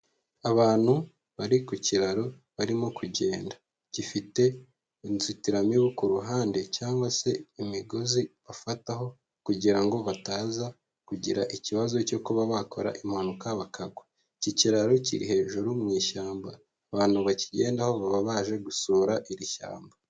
Abantu bari ku kiraro barimo kugenda, gifite inzitiramibu ku ruhande cyangwa se imigozi bafataho kugira ngo bataza kugira ikibazo cyo kuba bakora impanuka bakagwa, iki kiraro kiri hejuru mu ishyamba abantu bakigendaho baba baje gusura iri shyamba.